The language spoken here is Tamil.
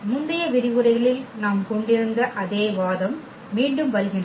முந்தைய விரிவுரைகளில் நாம் கொண்டிருந்த அதே வாதம் மீண்டும் வருகின்றது